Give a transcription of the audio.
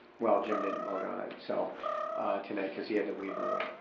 well, jim didn't vote on it so today because he had to leave early.